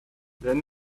then